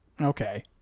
okay